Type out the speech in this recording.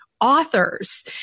authors